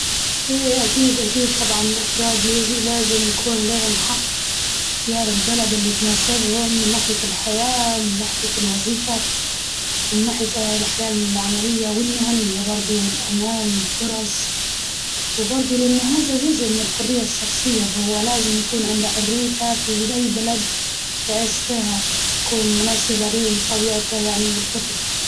إي أكيد أكيد طبعاً الأفراد لا- لازم يكون ليهم حق اختيار البلد اللي تناسبهم من ناحية الحياة ومن ناحية الوظيفة، ومن ناحية الحياة العملية والمهنية برضه والأمان والفرص، وبرضه لأن هزا جزء من الحرية الشخصية فهو لازم يكون عنده حريته في أي بلد يعيش فيها، تكون مناسبة ليه ولطبيعته يعني ولفطرته.